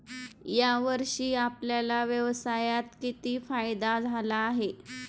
या वर्षी आपल्याला व्यवसायात किती फायदा झाला आहे?